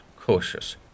cautious